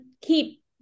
keep